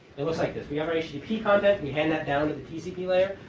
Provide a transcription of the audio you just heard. it looks like this. we have our http content. we hand that down to the tcp layer.